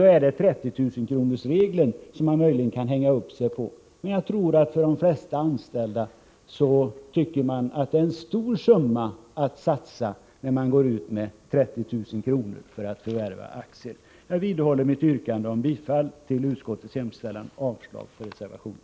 Då är det 30 000-kronorsregeln som man möjligen kan hänga upp sig på. Jag tror dock att de flesta anställda tycker att man satsar en mycket stor summa när man förvärvar aktier för 30 000 kr. Jag vidhåller mitt yrkande om bifall till utskottets hemställan och avslag på reservationen.